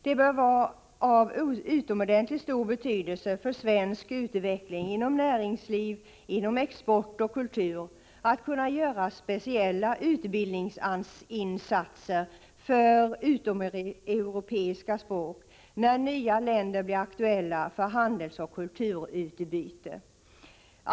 Det bör vara av utomordentligt stor betydelse för svensk utveckling inom näringsliv, export och kultur att kunna göra speciella utbildningsinsatser för utomeuropeiska språk, när nya länder blir aktuella för handelsoch kulturutbyte.